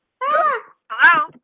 Hello